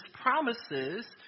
promises